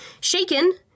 Shaken